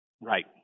Right